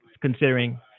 considering